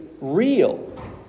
real